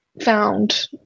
found